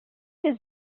does